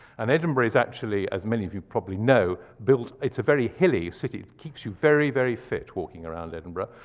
and edinburgh is actually, as many of you probably know, it's built, it's a very hilly city. it keeps you very, very fit walking around edinburgh.